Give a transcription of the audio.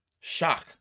shock